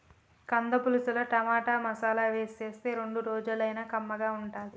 కంద పులుసుల టమాటా, మసాలా వేసి చేస్తే రెండు రోజులైనా కమ్మగా ఉంటది